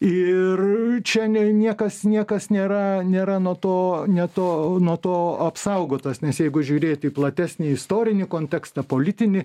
ir čia ne niekas niekas nėra nėra nuo to ne to nuo to apsaugotas nes jeigu žiūrėt į platesnį istorinį kontekstą politinį